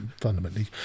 fundamentally